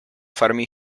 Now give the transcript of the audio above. farmi